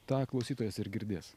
tą klausytojas ir girdės